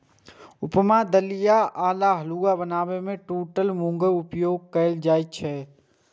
उपमा, दलिया आ हलुआ बनाबै मे टूटल गहूमक उपयोग कैल जाइ छै